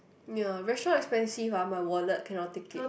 ya restaurant expensive ah my wallet cannot take it